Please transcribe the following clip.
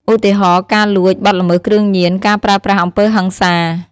ឧទាហរណ៍ ការលួច បទល្មើសគ្រឿងញៀន ការប្រើប្រាស់អំពើហិង្សា។